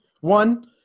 One